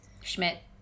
Schmidt